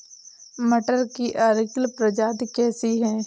मटर की अर्किल प्रजाति कैसी है?